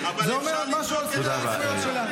זה אומר משהו על סדרי העדיפויות שלה.